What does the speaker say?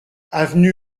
avenue